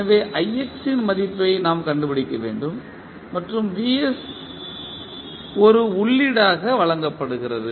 எனவே ix இன் மதிப்பை நாம் கண்டுபிடிக்க வேண்டும் மற்றும் vs ஒரு உள்ளீடாக வழங்கப்படுகிறது